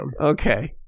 Okay